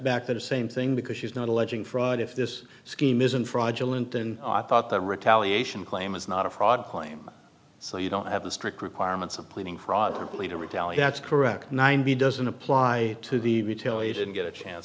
back to the same thing because she's not alleging fraud if this scheme isn't fraudulent then i thought the retaliation claim is not a fraud claim so you don't have the strict requirements of pleading fraudulently to retaliate that's correct nine b doesn't apply to the retailer you didn't get a chance